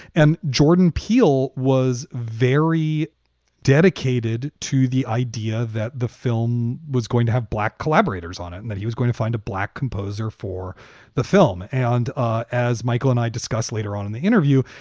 and jordan peele was very dedicated to the idea that the film was going to have black collaborators on it and that he was going to find a black composer for the film. and ah as michael and i discussed later on in the interview,